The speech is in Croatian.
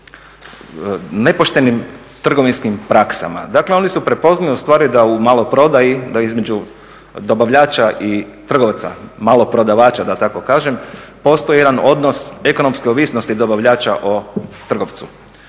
nepoštenim trgovinskim praksama. Dakle oni su prepoznali ustvari da u maloprodaji da između dobavljača i trgovaca, maloprodavača da tako kažem postoji jedan odnos ekonomske ovisnosti dobavljača o trgovcu.